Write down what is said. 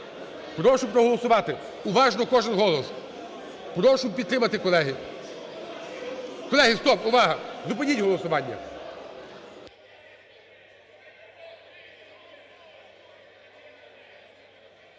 Прошу проголосувати уважно, кожен голос. Прошу підтримати, колеги. Колеги, стоп! Увага! Зупиніть голосування.